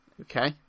Okay